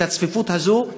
הצפיפות הזאת,